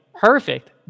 perfect